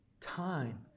time